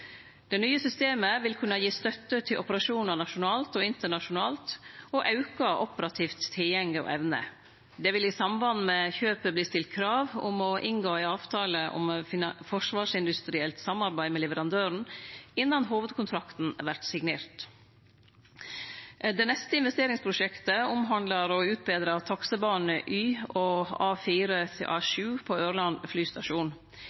Det nye systemet vil kunne gi støtte til operasjonar nasjonalt og internasjonalt og auke operativ tilgjenge og evne. Det vil i samband med kjøpet verte stilt krav om å inngå ei avtale om forsvarsindustrielt samarbeid med leverandøren innan hovudkontrakten vert signert. Det neste investeringsprosjektet omhandlar å utbetre taksebane Y og A4–A7 på Ørland flystasjon.